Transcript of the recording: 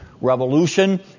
revolution